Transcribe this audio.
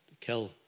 kill